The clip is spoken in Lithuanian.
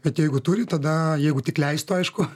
kad jeigu turi tada jeigu tik leistų aišku